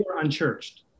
unchurched